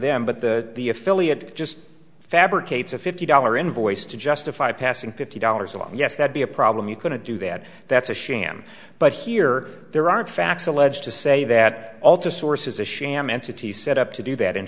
them but the the affiliate just fabricates a fifty dollar invoice to justify passing fifty dollars on yes that be a problem you couldn't do that that's a sham but here there are facts alleged to say that all to source is a sham entity set up to do that in